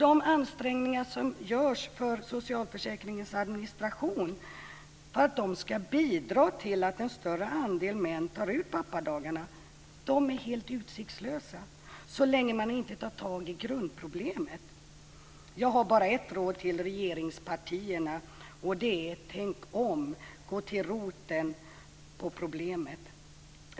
De ansträngningar som görs för att socialförsäkringens administration ska bidra till att en större andel män tar ut pappadagarna är utsiktslösa så länge man inte tar itu med grundproblemet. Jag har bara ett råd till regeringspartierna, och det är: Tänk om, gå till roten med problemet!